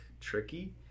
tricky